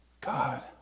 God